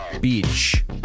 beach